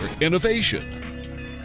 innovation